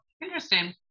Interesting